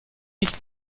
nicht